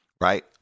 right